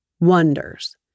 wonders